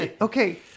Okay